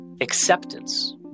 acceptance